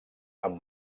amb